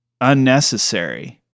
unnecessary